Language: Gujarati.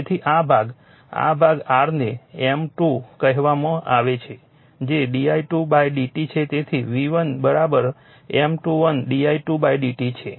તેથી આ ભાગ આ ભાગ r ને M12 કહેવામાં આવે છે જે di2 dt છે તેથી V1 M12 di2 dt છે